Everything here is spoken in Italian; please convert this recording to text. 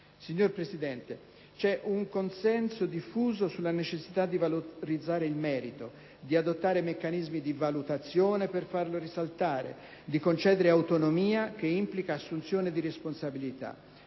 Signor Presidente, c'è un consenso diffuso sulla necessità di valorizzare il merito, di adottare meccanismi di valutazione per farlo risaltare, di concedere autonomia, che implica assunzione di responsabilità.